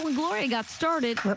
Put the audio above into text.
when gloria got started,